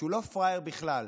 שהוא לא פראייר בכלל,